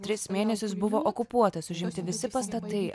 tris mėnesius buvo okupuotas užimti visi pastatai